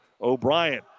O'Brien